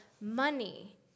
money